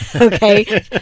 Okay